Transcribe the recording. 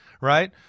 right